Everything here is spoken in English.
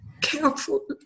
careful